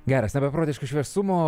geras na beprotiško šviesumo